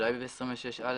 אולי ב-26א